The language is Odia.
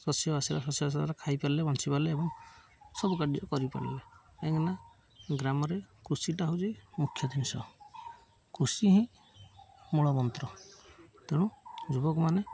ଶସ୍ୟ ଶସ୍ୟ ହାସଲ ଦ୍ୱାରା ଖାଇପାରିଲେ ବଞ୍ଚିପାରିଲେ ଏବଂ ସବୁ କାର୍ଯ୍ୟ କରିପାରିଲେ କାହିଁକିନା ଗ୍ରାମରେ କୃଷିଟା ହେଉଛି ମୁଖ୍ୟ ଜିନିଷ କୃଷି ହିଁ ମୂଳ ମନ୍ତ୍ର ତେଣୁ ଯୁବକମାନେ